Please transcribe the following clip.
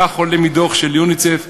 כך עולה מדוח של יוניסף,